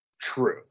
true